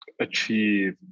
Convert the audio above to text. achieve